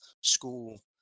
School